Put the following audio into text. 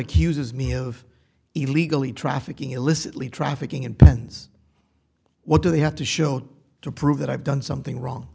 accuses me of illegally trafficking illicitly trafficking in pens what do they have to show to prove that i've done something wrong